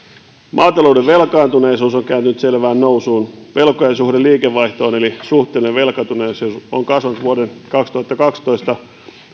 maatalouden velkaantuneisuus on kääntynyt selvään nousuun velkojen suhde liikevaihtoon eli suhteellinen velkaantuneisuus on kasvanut vuoden kaksituhattakaksitoista